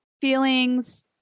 feelings